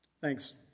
thanks